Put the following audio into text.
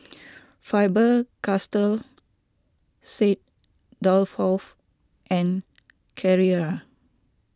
Faber Castell Saint Dalfour and Carrera